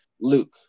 Luke